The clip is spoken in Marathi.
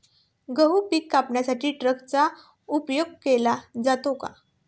गहू पिके कापण्यासाठी ट्रॅक्टरचा उपयोग केला जातो का?